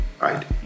right